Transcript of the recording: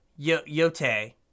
Yote